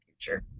future